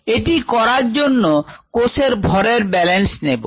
এটি করার জন্য কোষের ভোরের ব্যালেন্স নেব